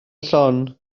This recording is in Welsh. llon